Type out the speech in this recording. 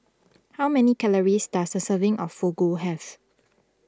how many calories does a serving of Fugu have